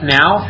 now